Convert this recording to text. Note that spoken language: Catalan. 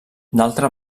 d’altra